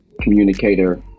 communicator